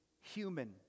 human